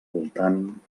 voltant